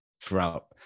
throughout